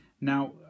now